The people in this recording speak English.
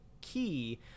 key –